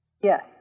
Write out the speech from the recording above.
Yes